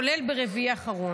כולל ברביעי האחרון,